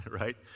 right